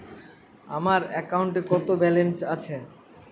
আমার অ্যাকাউন্টে কত ব্যালেন্স আছে?